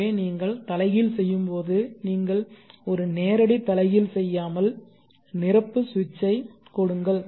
எனவே நீங்கள் தலைகீழ் செய்யும்போது நீங்கள் ஒரு நேரடி தலைகீழ் செய்யாமல் நிரப்பு சுவிட்சைக் கொடுங்கள்